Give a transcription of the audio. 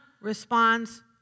responds